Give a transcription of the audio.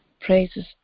praises